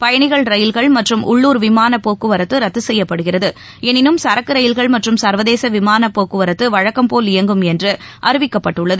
பயணிகள் ரயில்கள் மற்றும் உள்ளூர் விமானப்போக்குவரத்தூத்து செய்யப்படுகிறது எனினும் சரக்குரயில்கள் மற்றம் சர்வதேசவிமானப் இயங்கும் என்றுஅறிவிக்கப்பட்டுள்ளது